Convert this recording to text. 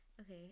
Okay